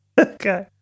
Okay